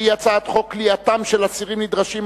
שהיא הצעת חוק כליאתם של אסירים נדרשים,